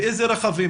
באיזה רכבים,